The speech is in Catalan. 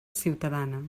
ciutadana